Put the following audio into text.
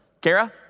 Kara